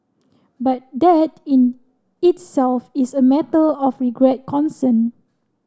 but that in itself is a matter of regret concern